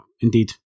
indeed